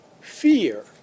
fear